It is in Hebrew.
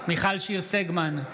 מיכל שיר סגמן,